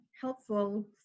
helpful